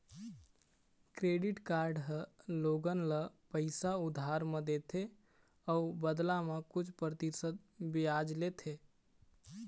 credit card ह लोगन ल पइसा उधार म देथे अउ बदला म कुछ परतिसत बियाज लेथे